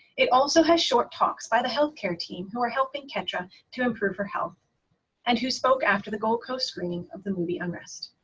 it also has short talks by the healthcare team who are helping ketra to improve her health and who spoke after the gold coast screening of the movie unrest.